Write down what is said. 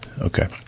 Okay